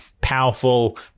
powerful